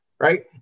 right